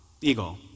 Eagle